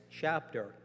chapter